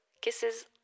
Kisses